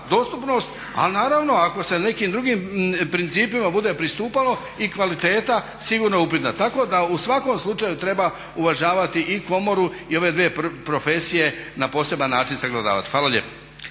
ali naravno ako se nekim drugim principima bude pristupalo i kvaliteta sigurno je upitna. Tako da u svakom slučaju treba uvažavati i komoru i ove dvije profesije na poseban način sagledavati. Fala lijepo.